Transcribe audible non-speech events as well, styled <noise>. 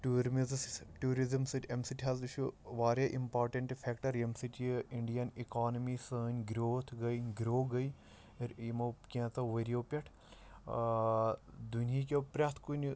<unintelligible> tourism سۭتۍ اَمہِ سۭتۍ حظ اوٗس یہِ واریاہ اِمپارٹیٚنٹہٕ فیٚکٹر ییٚمہِ سۭتۍ یہِ اِنڈین اِکانمی سٲنۍ گرٛوتھ گٔے گرٛو گٔے یِمو کینٛژو ؤریو پٮ۪ٹھ ٲں دُنیاہکیٚو پرٛتھ کُنہِ